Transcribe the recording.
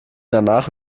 danach